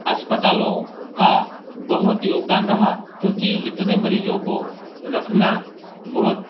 अस्पतालों का बहुत योगदान रहा क्योंकि इतने मरीजो को रखना बहुत